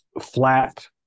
flat